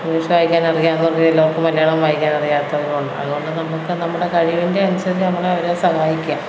English വായിക്കാൻ അറിയാവുന്നവർക്ക് ചിലർക്ക് മലയാളം വായിക്കാൻ അറിയാത്തവരും ഉണ്ട് അതുകൊണ്ട് നമുക്ക് നമ്മുടെ കഴിവിൻ്റെ അനുസരിച്ച് നമ്മൾ അവരെ സഹായിക്കുക